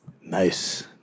Nice